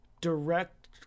direct